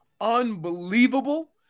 unbelievable